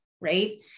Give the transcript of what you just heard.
Right